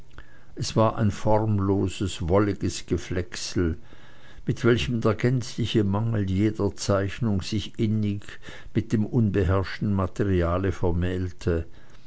es war ein formloses wolliges geflecksel in welchem der gänzliche mangel jeder zeichnung sich innig mit dem unbeherrschten materiale vermählte